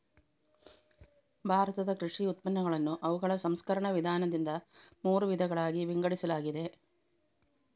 ಭಾರತದ ಕೃಷಿ ಉತ್ಪನ್ನಗಳನ್ನು ಅವುಗಳ ಸಂಸ್ಕರಣ ವಿಧಾನದಿಂದ ಮೂರು ವಿಧಗಳಾಗಿ ವಿಂಗಡಿಸಲಾಗಿದೆ